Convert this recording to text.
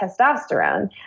testosterone